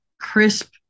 crisp